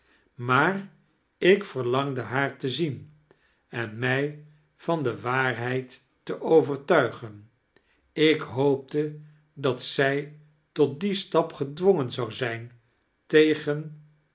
maar ik verlangde haar te zien en mij van de waarheid te overtuigen ikhoopte dat zij tot dien stap gedwongen zou zijn tegen